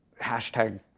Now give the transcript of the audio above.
Hashtag